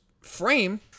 frame